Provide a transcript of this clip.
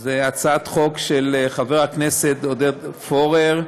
היא הצעת חוק של חבר הכנסת עודד פורר,